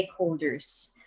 stakeholders